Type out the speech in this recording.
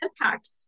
impact